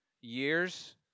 years